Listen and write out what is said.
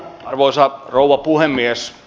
arvoisa rouva puhemies